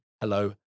hello